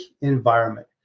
environment